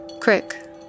Crick